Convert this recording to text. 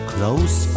Close